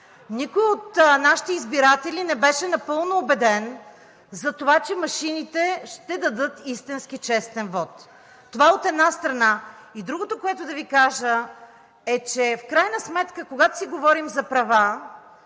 Никой от нашите избиратели не беше напълно убеден за това, че машините ще дадат истински честен вот. Това, от една страна. И другото, което да Ви кажа, е, че в крайна сметка, когато си говорим за права,